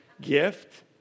gift